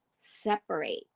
separate